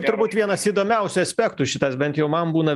turbūt vienas įdomiausių aspektų šitas bent jau man būna